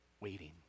Waiting